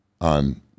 on